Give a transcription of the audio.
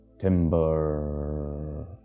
timber